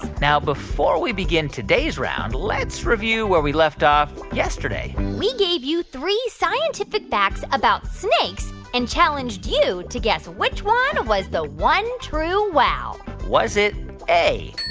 now, before we begin today's round, let's review where we left off yesterday we gave you three scientific facts about snakes and challenged you to guess which one was the one true wow was it a.